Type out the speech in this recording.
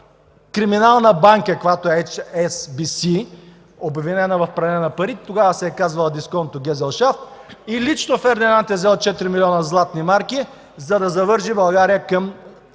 криминална банка, каквато е Ес Би Си, обвинена в пране на пари. Тогава се е казвала „Дисконто гезелшафт” и лично Фердинанд е взел 4 млн. златни марки, за да завърже България към